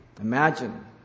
Imagine